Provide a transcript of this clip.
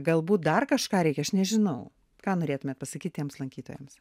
galbūt dar kažką reikia aš nežinau ką norėtumėt pasakyt tiems lankytojams